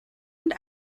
and